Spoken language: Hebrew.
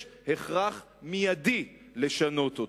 יש הכרח מיידי לשנות אותה,